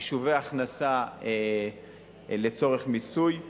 חישובי הכנסה לצורך מיסוי.